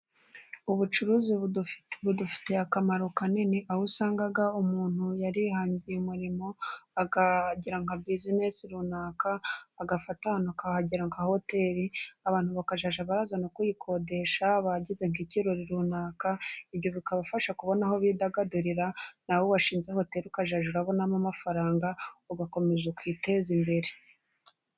Ubucuruzi budufiteye akamaro kanini, aho usanga umuntu yarihangiye umurimo, akagira nka bizinesi runaka, agafata ahantu akahagira nka hoteri, abantu bakazajya baraza no kuyikodesha bagize nk'ikirori runaka, ibyo bikabafasha kubona aho bidagadurira, nawe washinze hoteri ukazajya ubona amafaranga, ugakomeza ukiteza imbere.